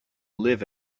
live